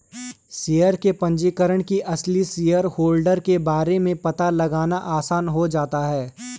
share के पंजीकरण से असली शेयरहोल्डर के बारे में पता लगाना आसान हो जाता है